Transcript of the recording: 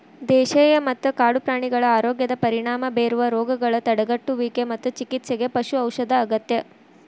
ದೇಶೇಯ ಮತ್ತ ಕಾಡು ಪ್ರಾಣಿಗಳ ಆರೋಗ್ಯದ ಪರಿಣಾಮ ಬೇರುವ ರೋಗಗಳ ತಡೆಗಟ್ಟುವಿಗೆ ಮತ್ತು ಚಿಕಿತ್ಸೆಗೆ ಪಶು ಔಷಧ ಅಗತ್ಯ